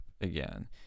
again